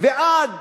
ועד